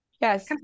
Yes